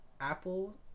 Apple